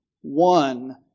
One